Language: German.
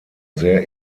sehr